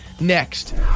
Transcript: Next